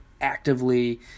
actively